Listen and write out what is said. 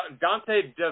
Dante